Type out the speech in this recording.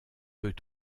peut